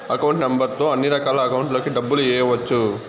account number తో అన్నిరకాల అకౌంట్లలోకి డబ్బులు ఎయ్యవచ్చు